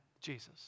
Jesus